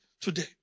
today